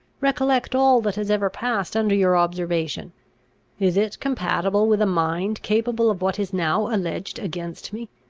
recollect all that has ever passed under your observation is it compatible with a mind capable of what is now alleged against me?